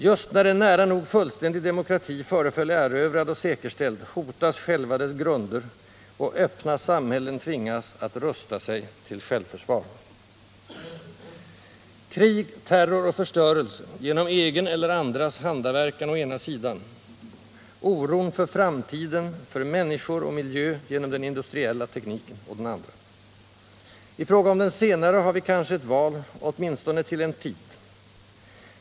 Just när en nära nog fullständig demokrati föreföll erövrad och säkerställd hotas själva dess grunder, och öppna samhällen tvingas att rusta sig till självförsvar. Krig, terror och förstörelse genom egen eller andras handaverkan å ena sidan — oron för framtiden, för människor och miljö, genom den industriella tekniken å den andra. I fråga om den senare har vi kanske ett val — åtminstone till en tid.